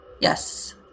yes